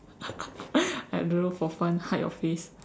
I don't know for fun hide your face